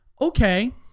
okay